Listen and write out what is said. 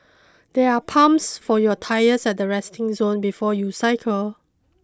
there are pumps for your tyres at the resting zone before you cycle